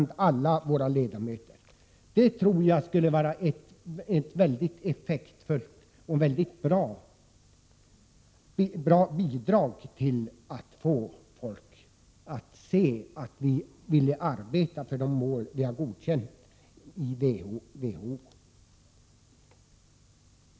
Det tror jag skulle vara väldigt effektfullt och bidra till att få folk att inse att vi vill arbeta för de mål vi har godkänt i WHO.